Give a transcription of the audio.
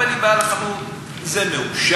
אומר לי בעל החנות: זה מאושר,